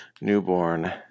newborn